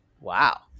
wow